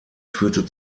führte